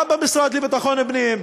גם במשרד לביטחון פנים,